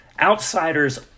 outsider's